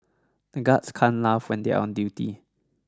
the guards can't laugh when they are on duty